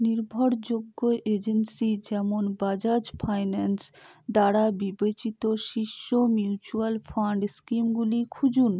নির্ভরযোগ্য এজেন্সি যেমন বাজাজ ফাইন্যান্স দ্বারা বিবেচিত শীর্ষ মিউচুয়াল ফাণ্ড স্কিমগুলি খুঁজুন